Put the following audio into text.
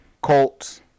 Colts